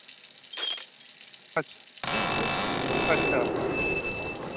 अच्छ अच्छा